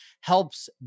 helps